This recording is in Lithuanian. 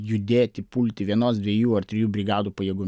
judėti pulti vienos dviejų ar trijų brigadų pajėgų